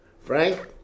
Frank